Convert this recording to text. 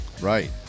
right